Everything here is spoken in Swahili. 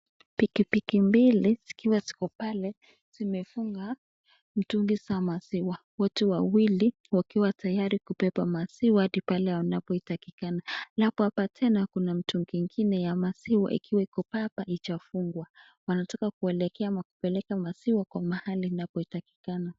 Bikibiki mbili zikiwa ziko pale simefunga mitungi za maziwa wote wawili wakiwa tayari kuoeoa maziwa pa ambapo inaitajikana na hapa tena Kuna mtungi ingine ya maziwa yenye Iko papa haichafungwa wanataka kueleka kupelekea maziwa mahali inapo inatakikana.